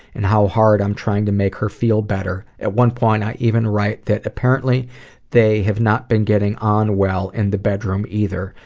and how hard i'm trying to make her feel better. at one point, i even write that apparently they have not been getting on well in the bedroom, either,